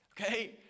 okay